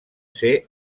ser